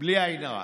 בלי עין הרע.